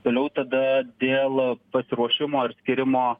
toliau tada dėl pasiruošimo ir skyrimo